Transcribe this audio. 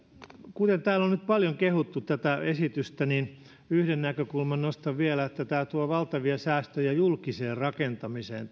kun täällä on nyt paljon kehuttu tätä esitystä niin yhden näkökulman nostan vielä tämä nyt käsillä oleva esitys tuo valtavia säästöjä julkiseen rakentamiseen